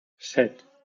set